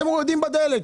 אתם מורידים את מחיר הדלק?